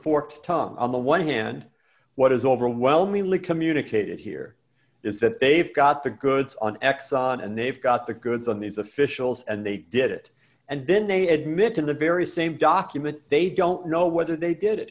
one hand what is overwhelmingly communicated here is that they've got the goods on exxon and they've got the goods on these officials and they did it and then they admit in the very same document they don't know whether they did it